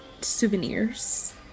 souvenirs